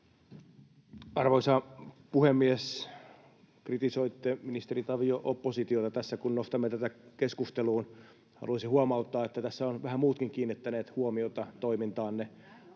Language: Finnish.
Arvoisa puhemies! Kritisoitte, ministeri Tavio, oppositiota tässä, kun nostamme tätä keskusteluun. Haluaisin huomauttaa, että tässä ovat vähän muutkin kiinnittäneet huomiota toimintaanne: